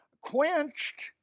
Quenched